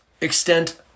extent